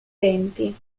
venti